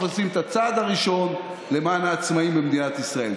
עושים את הצעד הראשון למען העצמאים במדינת ישראל.